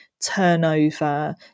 turnover